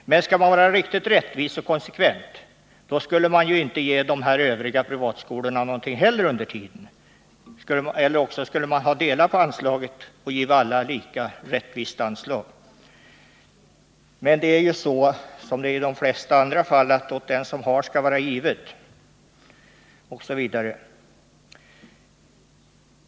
Men skulle man vara riktigt rättvis och konsekvent borde man under tiden inte ge heller de övriga privatskolorna någonting eller också borde man rättvist fördela anslaget till alla. Men det är här som i de flesta andra fall, att åt den som har skall vara givet.